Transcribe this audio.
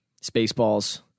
Spaceballs